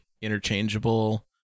interchangeable